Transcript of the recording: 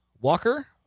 Walker